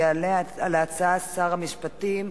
יענה על ההצעה שר המשפטים,